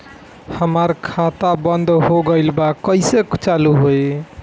हमार खाता बंद हो गइल बा कइसे चालू होई?